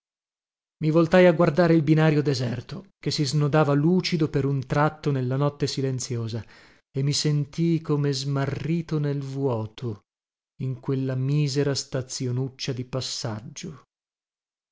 i voltai a guardare il binario deserto che si snodava lucido per un tratto nella notte silenziosa e mi sentii come smarrito nel vuoto in quella misera stazionuccia di passaggio